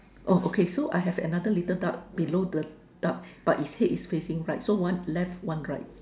oh okay so I have another little duck below the duck but the face is facing right so one left one right